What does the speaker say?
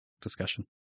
discussion